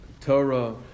Torah